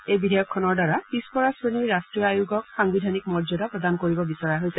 এই বিধেয়কখনৰ দ্বাৰা পিছপৰা শ্ৰেণীৰ ৰাষ্ট্ৰীয় আয়োগক সাংবিধানিক মৰ্যাদা প্ৰদান কৰিব বিচৰা হৈছে